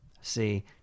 See